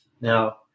Now